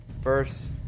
first